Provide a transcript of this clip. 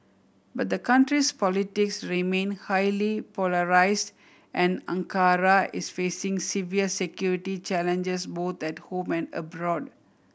but the country's politics remain highly polarised and Ankara is facing severe security challenges both at home and abroad